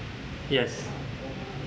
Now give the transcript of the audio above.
yes